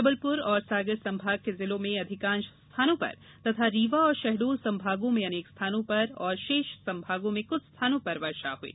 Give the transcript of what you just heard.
जबलपुर और सागर संभाग के जिलों में अधिकांश स्थानों पर तथा रीवा और शहडोल संभागों में अनेक स्थानों पर तथा शेष संभाग में कुछ स्थानों पर वर्षा हुई